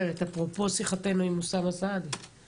על סייף סיטי דיבר